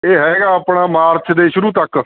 ਇਹ ਹੈਗਾ ਆਪਣਾ ਮਾਰਚ ਦੇ ਸ਼ੁਰੂ ਤੱਕ